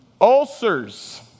ulcers